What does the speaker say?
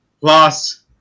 plus